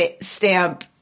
stamp